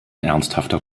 ernsthafter